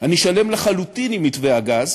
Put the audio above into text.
אני שלם לחלוטין עם מתווה הגז,